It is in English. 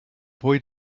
boy